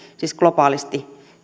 siis globaalisti